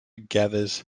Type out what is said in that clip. gathers